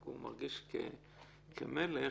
מרגיש כמלך,